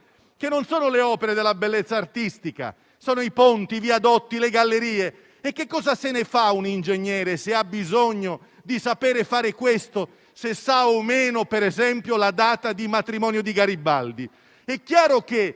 (non le opere della bellezza artistica, ma i ponti, i viadotti, le gallerie). Che cosa se ne fa un ingegnere, se ha bisogno di saper fare questo, di conoscere o meno - per esempio - la data di matrimonio di Garibaldi? È chiaro che